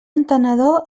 entenedor